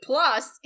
Plus